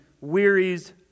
wearies